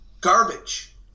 Garbage